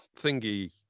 Thingy